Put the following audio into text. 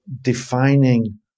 defining